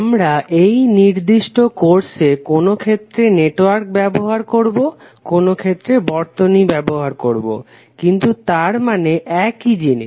আমরা এই নির্দিষ্ট কোর্সে কোনো ক্ষেত্রে নেটওয়ার্ক ব্যবহার করবো কোনো ক্ষেত্রে বর্তনী ব্যবহার করবো কিন্তু তার মানে একই জিনিস